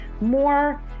more